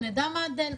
שנדע מה הדלתא,